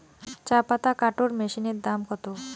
চাপাতা কাটর মেশিনের দাম কত?